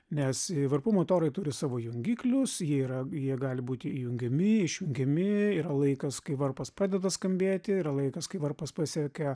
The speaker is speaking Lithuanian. nes varpų motorai turi savo jungiklius jie yra jie gali būti įjungiami išjungiami yra laikas kai varpas pradeda skambėti yra laikas kai varpas pasiekia